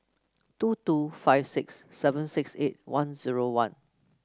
two two five six seven six eight one zero one